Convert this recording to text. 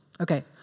Okay